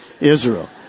Israel